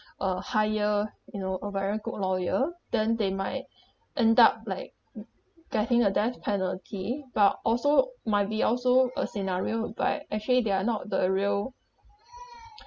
uh hire you know a very good lawyer then they might end up like getting a death penalty but also might be also a scenario by actually they are not the real